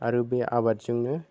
आरो बे आबादजोंनो